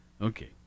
okay